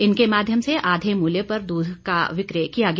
इनके माध्यम से आधे मूल्य पर दूध का वि क्र य किया गया